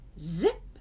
Zip